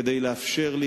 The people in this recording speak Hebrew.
כדי לאפשר לי,